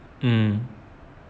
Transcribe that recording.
mm